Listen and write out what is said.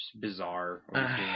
bizarre